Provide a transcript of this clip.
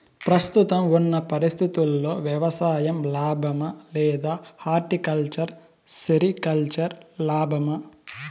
ప్రస్తుతం ఉన్న పరిస్థితుల్లో వ్యవసాయం లాభమా? లేదా హార్టికల్చర్, సెరికల్చర్ లాభమా?